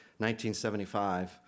1975